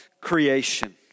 creation